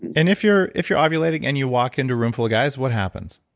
and if you're if you're ovulating and you walk into a room full of guys, what happens?